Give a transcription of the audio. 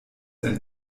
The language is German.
ein